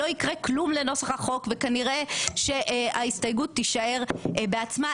לא יקרה כלום לנוסח החוק וכנראה שההסתייגות תישאר בעצמה.